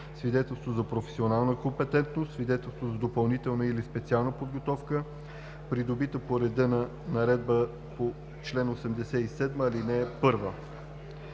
свидетелство за професионална компетентност, свидетелство за допълнителна или специална подготовка, придобито по реда на наредбата по чл. 87, ал. 1.